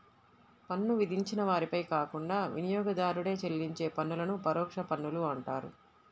పన్ను విధించిన వారిపై కాకుండా వినియోగదారుడే చెల్లించే పన్నులను పరోక్ష పన్నులు అంటారు